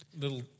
little